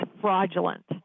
fraudulent